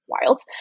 wild